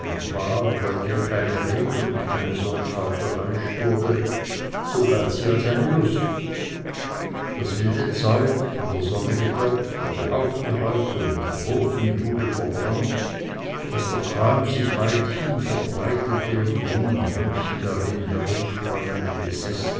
bei der keine regel und keine sorgfalt erheischt wurde so galt sie als eine lust das wilde zeug an der sonne gedörrt wurde aufgehäuft und mit großem jubel verbrannt daß der qualm weithin sich verbreitete und die jungen leutchen darin herumsprangen wie besessen